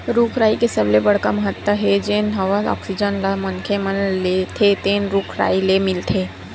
रूख राई के सबले बड़का महत्ता हे जेन हवा आक्सीजन ल मनखे मन लेथे तेन रूख राई ले मिलथे